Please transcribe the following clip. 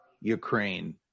Ukraine